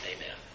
Amen